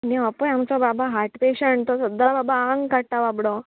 आनी हो पय आमचो बाबा हार्ट पेशंट तो सद्दां बाबा आंग काडटा बाबडो